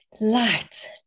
light